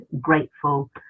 grateful